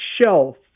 shelf